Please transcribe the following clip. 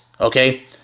okay